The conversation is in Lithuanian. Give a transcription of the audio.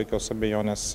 jokios abejonės